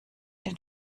den